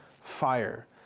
fire